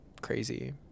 crazy